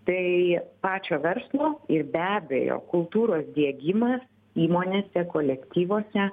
tai pačio verslo ir be abejo kultūros diegimas įmonėse kolektyvuose